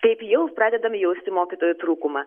taip jau pradedam jausti mokytojų trūkumą